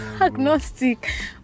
agnostic